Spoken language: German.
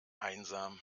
einsam